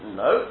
no